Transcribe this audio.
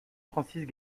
francis